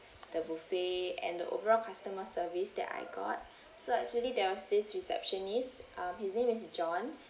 the buffet and the overall customer service that I got so actually there was this receptionist um his name is john